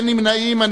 אין נמנעים.